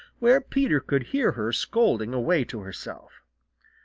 where peter could hear her scolding away to herself.